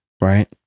Right